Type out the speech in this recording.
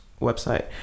website